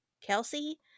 Kelsey